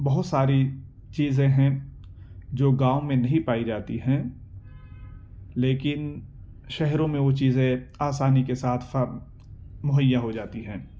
بہت ساری چیزیں ہیں جو گاؤں میں نہیں پائی جاتی ہیں لیکن شہروں میں وہ چیزیں آسانی کے ساتھ مہیا ہو جاتی ہیں